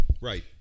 Right